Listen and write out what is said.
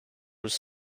was